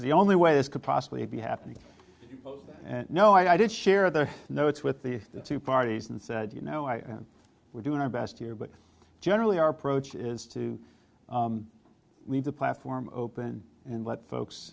the only way this could possibly be happening and no i didn't share their notes with the two parties and said you know i we're doing our best here but generally our approach is to leave the platform open and let folks